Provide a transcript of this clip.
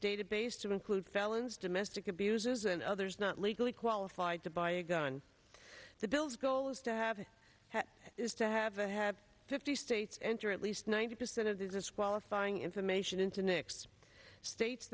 database to include felons domestic abusers and others not legally qualified to buy a gun the bill's goal is to have is to have a have fifty states enter at least ninety percent of the just qualifying information into nics states